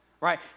right